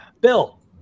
Bill